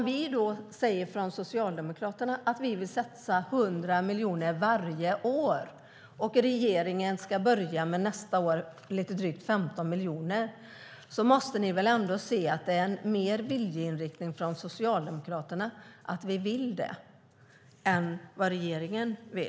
Vi socialdemokrater säger att vi vill satsa 100 miljoner varje år, och regeringen ska börja med drygt 15 miljoner nästa år. Ni måste väl ändå se att det finns en större viljeinriktning hos Socialdemokraterna än hos regeringen.